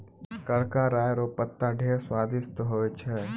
करका राय रो पत्ता ढेर स्वादिस्ट होय छै